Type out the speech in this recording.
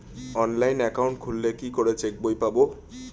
Online account খুললে কি করে চেক বই পাব?